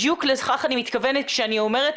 בדיוק לכך אני מתכוונת כשאני אומרת,